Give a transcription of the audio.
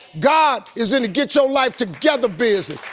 god is gonna get your life together busy.